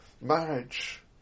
marriage